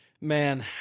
man